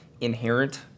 inherent